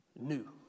New